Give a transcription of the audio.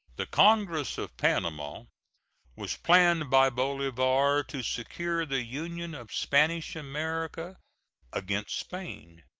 the congress of panama was planned by bolivar to secure the union of spanish america against spain.